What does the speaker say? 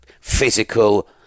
physical